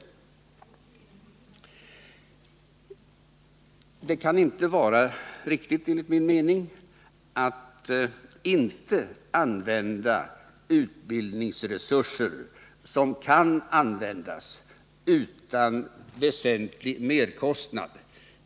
Enligt min mening kan det inte vara riktigt att inte använda utbildningsresurser som kan användas utan väsentlig merkostnad.